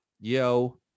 Yo